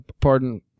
Pardon